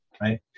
Right